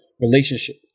relationship